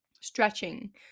Stretching